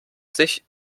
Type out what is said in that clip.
sich